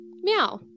Meow